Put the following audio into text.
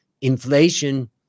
inflation